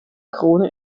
krone